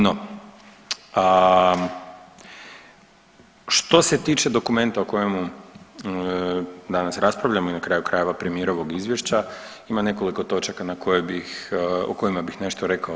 No, što se tiče dokumenta o kojemu nadam se raspravljamo i na kraju krajeva premijerovog izvješća ima nekoliko točaka na koje bih, o kojima bih nešto rekao.